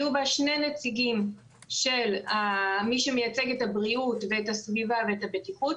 יהיו בה שני נציגים של מי שמייצג את הבריאות ואת הסביבה ואת הבטיחות,